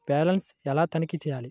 Balance ఎలా తనిఖీ చేయాలి?